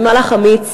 זה מהלך אמיץ.